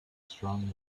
strong